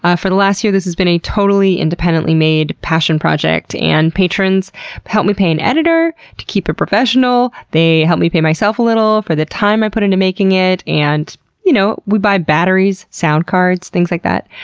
ah for the last year this has been a totally independently-made passion project and patrons help me pay an editor to keep it professional, they help me pay myself a little for the time i put into making it, and you know, we buy batteries, sound cards, things like that.